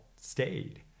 stayed